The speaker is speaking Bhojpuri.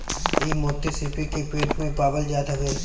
इ मोती सीपी के पेट में पावल जात हवे